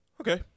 Okay